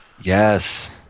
Yes